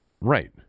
Right